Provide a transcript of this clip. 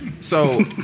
So-